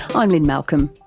i'm lynne malcolm.